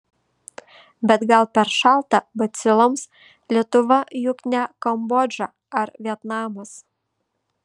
bet gal per šalta baciloms lietuva juk ne kambodža ar vietnamas